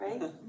right